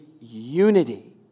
unity